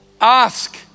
Ask